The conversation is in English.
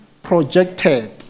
Projected